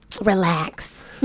relax